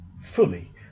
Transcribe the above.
fully